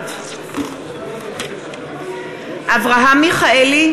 נוכחת אברהם מיכאלי,